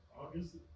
August